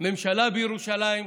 ממשלה בירושלים,